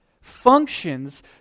functions